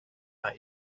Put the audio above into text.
are